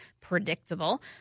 predictable